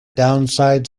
downside